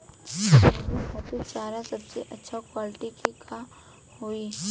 मुर्गी खातिर चारा सबसे अच्छा क्वालिटी के का होई?